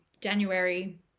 January